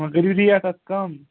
وۅنۍ کٔرِو ریٹ اَتھ کَم